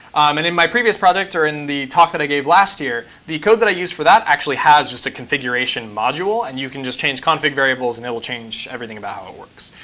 and in my previous project or in the talk that i gave last year, the code that i used for that actually has just a configuration module, and you can just change config variables and it will change everything about how it works.